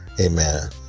Amen